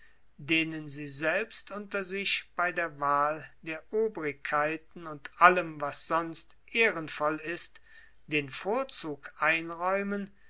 denen sie selbst unter sich bei der wahl der obrigkeiten und allem was sonst ehrenvoll ist den vorzug einräumen